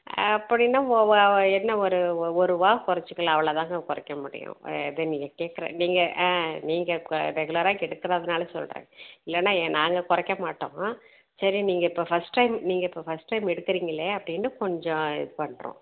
அப்படின்னா என்ன ஒரு ஒ ஒரு ரூபா குறைச்சிக்கலாம் அவ்வளோ தாங்க குறைக்க முடியும் இது நீங்கள் கேட்குற நீங்கள் ஆ நீங்கள் க ரெகுலராக எடுக்கிறதுன்னால சொல்கிறேன் இல்லைன்னா எ நாங்கள் குறைக்க மாட்டோம் சரி நீங்கள் இப்போ ஃபர்ஸ்ட் டைம் நீங்கள் இப்போ ஃபர்ஸ்ட் டைம் எடுக்கிறீங்களே அப்படின்ட்டு கொஞ்சம் இது பண்ணுறோம்